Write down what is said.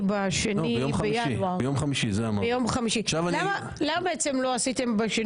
זה שלמה קרעי בגימטריה.